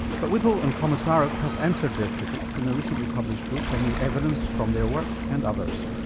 but whipple and komisaruk have answered their critics in a recently published book on the evidence from their work and others.